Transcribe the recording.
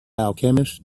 alchemist